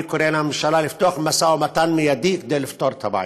אני קורא לממשלה לפתוח במשא ומתן מיידי כדי לפתור את הבעיה.